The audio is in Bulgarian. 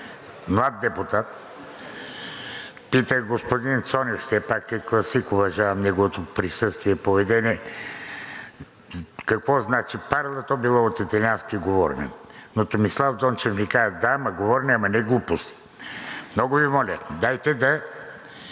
млад депутат, питах господин Цонев – все пак е класик, уважавам неговото присъствие и поведение, какво значи „parla“, а то било от италиански – говорене, но Томислав Дончев ми каза: „Да, говорене, ама не глупост.“ Много Ви моля, дайте да